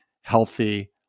healthy